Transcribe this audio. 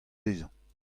dezhañ